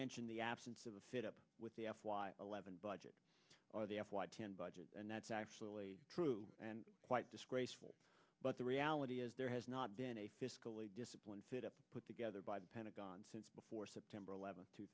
mention the absence of a fit up with the f y eleven budget or the f y ten budget and that's actually true and quite disgraceful but the reality is there has not been a fiscally disciplined fit up put together by the pentagon since before september eleventh two